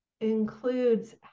includes